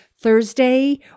Thursday